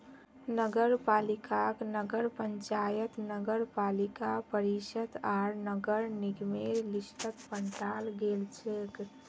नगरपालिकाक नगर पंचायत नगरपालिका परिषद आर नगर निगमेर लिस्टत बंटाल गेलछेक